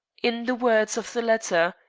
in the words of the letter,